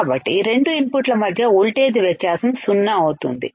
కాబట్టి రెండు ఇన్పుట్ల మధ్య వోల్టేజ్ వ్యత్యాసం సున్నా అవుతుంది